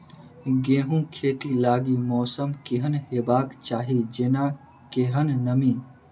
गेंहूँ खेती लागि मौसम केहन हेबाक चाहि जेना केहन नमी?